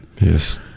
Yes